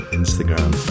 instagram